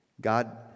God